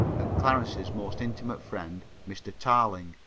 and clarence's most intimate friend, mr. tarling,